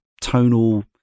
tonal